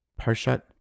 Parshat